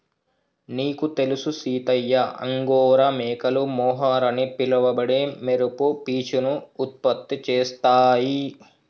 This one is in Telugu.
నీకు తెలుసు సీతయ్య అంగోరా మేకలు మొహర్ అని పిలవబడే మెరుపు పీచును ఉత్పత్తి చేస్తాయి